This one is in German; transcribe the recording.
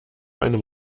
einem